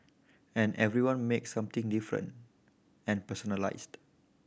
and everyone makes something different and personalised